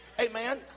Amen